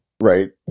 Right